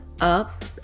up